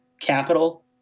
capital